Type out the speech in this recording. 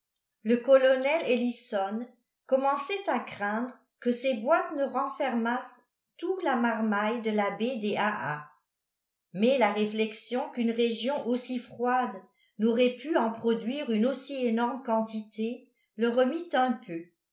le colonel ellison commençait à craindre que ces boîtes ne renfermassent tout la marmaille de la baie des ha ha mais la réflexion qu'une région aussi froide n'aurait pu en produire une aussi énorme quantité le remit un peu